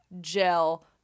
gel